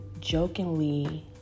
jokingly